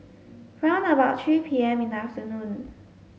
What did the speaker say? round about three P M in the afternoon